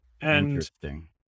Interesting